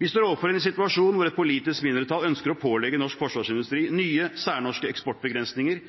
Vi står overfor en situasjon hvor et politisk mindretall ønsker å pålegge norsk forsvarsindustri nye særnorske eksportbegrensninger,